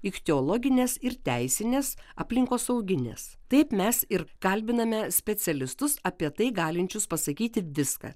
ichteologinės ir teisinės aplinkosauginės taip mes ir kalbiname specialistus apie tai galinčius pasakyti viską